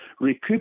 recoup